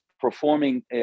performing